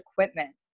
equipment